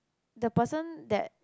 the person that